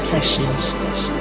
Sessions